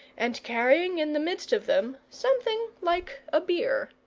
and carrying in the midst of them something like a bier.